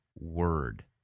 Word